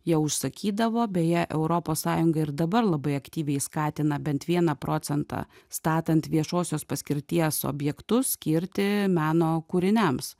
jie užsakydavo beje europos sąjunga ir dabar labai aktyviai skatina bent vieną procentą statant viešosios paskirties objektus skirti meno kūriniams